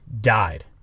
Died